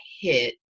hit